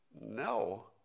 No